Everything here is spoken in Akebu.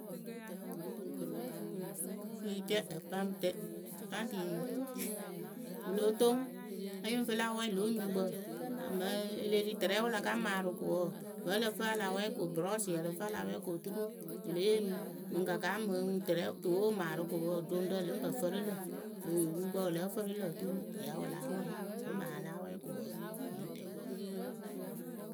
Ǝ yɨŋ fɨ laŋ wɛɛ loh nyuŋkpǝ mɨŋ e le ri tǝrɛ wɨ la ka maarɨ ko wǝǝ vǝ́ ǝ lǝ fɨ a la wɛ ko bɨrɔsɩ ǝ lǝ fɨ a la wɛɛ ko oturu wɨ le yeemi mɨŋ ka kaa mɨŋ tɨrɛ tuwe wɨ maarɨ ko wǝǝ doŋrǝ lɨŋ pǝ fǝrɨ lǝ̈ lö nyuŋkpǝ wɨ lǝ́ǝ fǝrɨ lǝ̈ oturu ya wɨ láa wɛ. wǝ́ mɨŋ a ya láa wɛɛ ko wǝǝ yɨŋ tɨ yɨ wɛ.